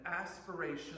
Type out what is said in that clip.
aspiration